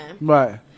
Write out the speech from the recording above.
Right